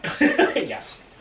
Yes